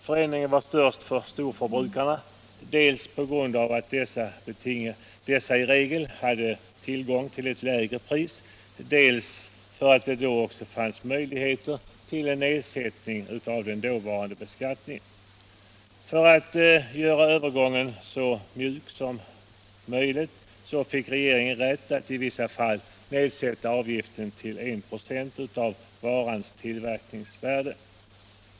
Förändringen var störst för storförbrukarna dels på grund av att dessa i regel hade ett lägre pris, dels på grund av att det då också fanns möjligheter till nedsättning av beskattningen. För att övergången skulle bli så mjuk som möjligt fick regeringen rätt att i vissa fall sätta ned avgiften till 1 96 av varans tillverkningsvärde.